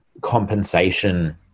compensation